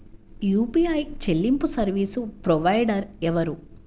UPI చెల్లింపు service provider ఎవరు?